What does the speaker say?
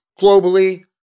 globally